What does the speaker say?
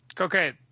Okay